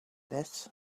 this